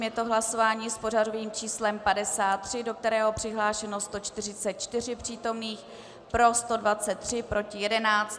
Je to hlasování s pořadovým číslem 53, do kterého přihlášeno 144 přítomných, pro 123, proti 11.